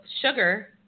sugar